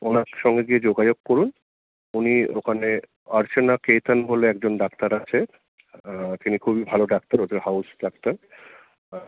ওঁর সঙ্গে গিয়ে যোগাযোগ করুন উনি ওখানে অর্চনা কেতন বলে একজন ডাক্তার আছে তিনি খুবই ভালো ডাক্তার ওদের হাউস ডাক্তার